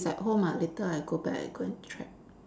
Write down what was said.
it's at home ah later I go back I go and check